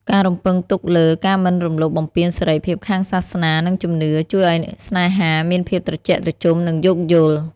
ការរំពឹងទុកលើ "ការមិនរំលោភបំពានសេរីភាពខាងសាសនា និងជំនឿ" ជួយឱ្យស្នេហាមានភាពត្រជាក់ត្រជុំ និងយោគយល់។